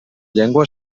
llengua